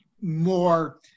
more